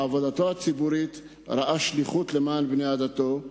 בעבודתו הציבורית ראה שליחות למען בני עדתו.